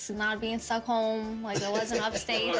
not being stuck home, like i was in upstate.